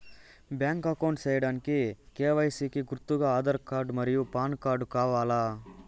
Bank account సేయడానికి KYC కి గుర్తుగా ఆధార్ కార్డ్ మరియు పాన్ కార్డ్ కావాలా?